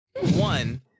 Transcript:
One